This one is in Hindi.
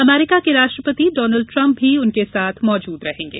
अमरीका के राष्ट्रपति डॉनल्ड ट्रंप भी उनके साथ मौजूद रहेंगे